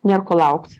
nėr ko laukt